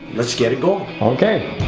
let's get it going! okay.